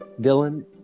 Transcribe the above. dylan